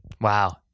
Wow